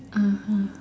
(uh huh)